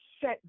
set